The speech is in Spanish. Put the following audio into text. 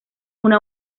una